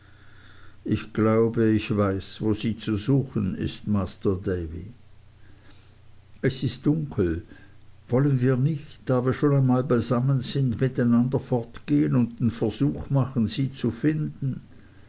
ich glaube ich weiß wo sie zu suchen ist masr davy es ist dunkel wollen wir nicht da wir schon einmal beisammen sind miteinander fortgehen und den versuch machen sie zu finden